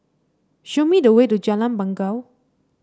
show me the way to Jalan Bangau